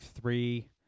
three